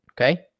Okay